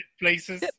places